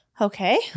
Okay